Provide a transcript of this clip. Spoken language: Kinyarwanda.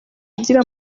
igira